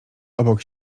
obok